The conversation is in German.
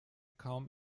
kaum